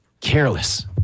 careless